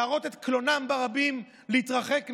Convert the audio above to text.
להראות את קלונם ברבים ולהתרחק מהם,